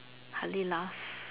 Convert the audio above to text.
hardly laugh